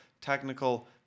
technical